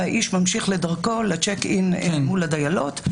והאיש ממשיך לדרכו לצ'ק אין מול הדיילות,